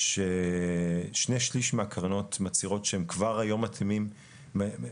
ששני שליש מהקרנות מצהירות שכבר היום הן